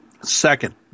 Second